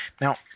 Now